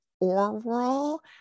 oral